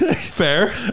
Fair